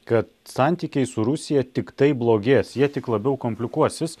kad santykiai su rusija tiktai blogės jie tik labiau komplikuosis